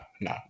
no